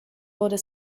wurde